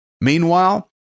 Meanwhile